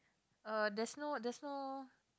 uh there's no there's no